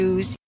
Use